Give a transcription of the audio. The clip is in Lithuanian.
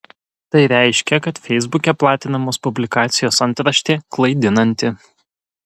tai reiškia kad feisbuke platinamos publikacijos antraštė klaidinanti